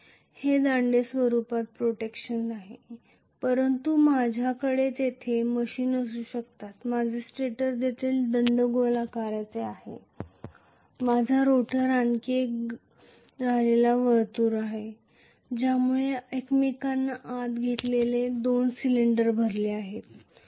हे दांडे स्वरूपात प्रोट्रेशन्स आहे परंतु माझ्याकडे तेथे मशीन्स असू शकतात माझा स्टेटर देखील दंडगोलाकार आहे माझा रोटर आणखी एक कॉन्सन्ट्रीक सर्कल आहे ज्यामध्ये एकमेकांना आत घातलेले दोन सिलिंडर भरले जातात